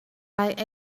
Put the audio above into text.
like